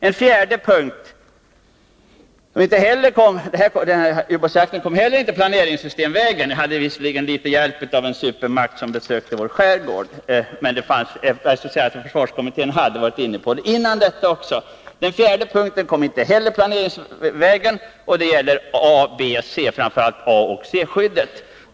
En fjärde faktor, som inte heller kommit in i bilden planeringssystemvägen —-i ubåtsfallet hade vi visserligen litet hjälp av en supermakt som besökte vår skärgård, men försvarskommittén hade faktiskt varit inne på den frågan även dessförinnan — är A-, B och C-skyddet, framför allt A och C-skyddet.